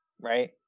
right